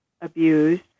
abused